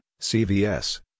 CVS